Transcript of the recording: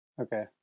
Okay